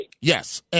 Yes